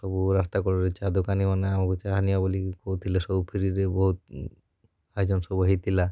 ସବୁ ରାସ୍ତା କଡ଼ରେ ଚାହା ଦୋକାନୀମାନେ ଆମକୁ ଚାହା ନିଅ ବୋଲି କହୁଥିଲେ ସବୁ ଫ୍ରିରେ ବହୁତ ଆୟୋଜନ ସବୁ ହେଇଥିଲା